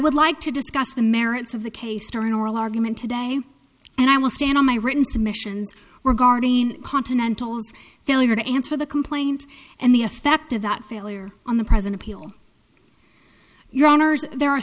would like to discuss the merits of the case during oral argument today and i will stand on my written submissions regarding continentals failure to answer the complaint and the effect of that failure on the present appeal yawners there are